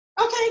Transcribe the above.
Okay